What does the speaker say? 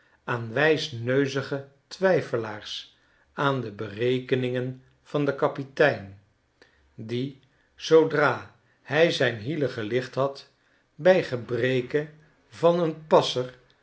aan wijsneuzige twijfelaars aan de berekeningen van den kapitein die zoodra hij zyn hielen gelicht had bij gebreke van een passer